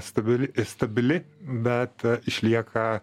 stabili stabili bet išlieka